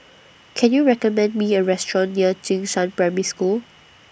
Can YOU recommend Me A Restaurant near Jing Shan Primary School